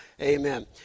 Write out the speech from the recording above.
amen